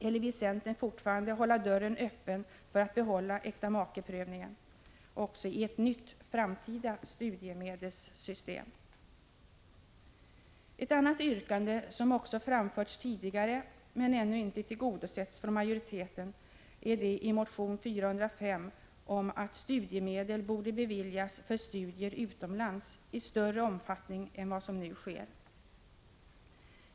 Eller vill centern fortfarande hålla dörren öppen för att behålla äktamakeprövningen också i ett nytt framtida studiemedelssystem? Ett annat yrkande, som också framförts tidigare men ännu ej tillgodosetts från majoriteten, är det i motion 405 om att studiemedel borde beviljas för studier utomlands i större omfattning än vad som nu sker.